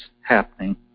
happening